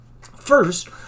First